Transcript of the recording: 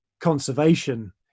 conservation